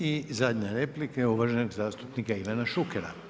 I zadnja replika uvaženog zastupnika Ivana Šukera.